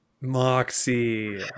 Moxie